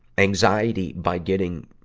anxiety by getting